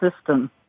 system